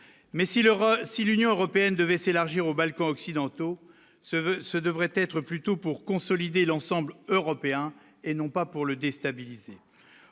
si l'Union européenne devait s'élargir aux Balkans occidentaux se veut ce devrait être plutôt pour consolider l'ensemble européen et non pas pour le déstabiliser,